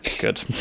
Good